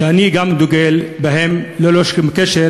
שגם אני דוגל בהם, ללא שום קשר